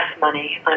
money